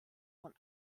von